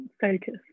focus